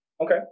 Okay